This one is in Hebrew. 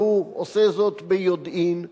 והוא עושה זאת ביודעין,